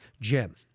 Jim